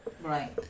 Right